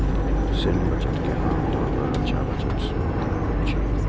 सैन्य बजट के आम तौर पर रक्षा बजट सेहो कहल जाइ छै